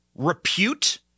repute